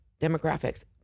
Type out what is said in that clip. demographics